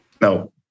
No